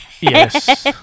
Yes